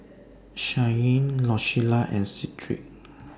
Shyanne Rosella and Sedrick